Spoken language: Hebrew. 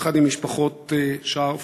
יחד עם המשפחות שער,